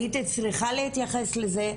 שהייתי צריכה להתייחס לזה,